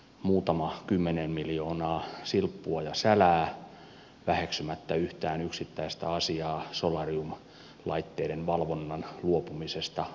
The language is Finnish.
muutama kymmenen miljoonaa silppua ja sälää väheksymättä yhtään yksittäistä asiaa solariumlaitteiden valvonnan luopumisesta alkaen